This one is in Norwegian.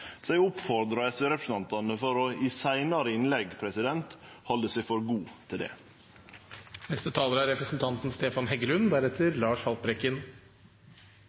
Så eg oppfordrar SV-representantane i seinare innlegg til å halde seg for god til